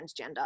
transgender